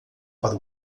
para